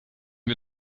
wir